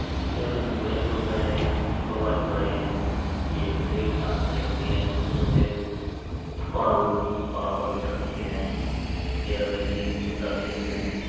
इसमें feature bulletproof है four by four है यह रेगिस्तानों में चल सकती है ऊंचे ऊंचे पहाड़ों पर भी चढ़ सकती है एयरबैग की सुविधा भी है इसमें